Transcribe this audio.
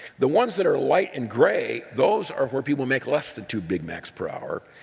the ones that are light and gray, those are where people make less than two big macs per hour.